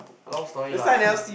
long story lah